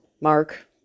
mark